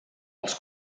els